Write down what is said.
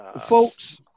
Folks